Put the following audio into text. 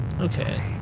Okay